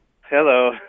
Hello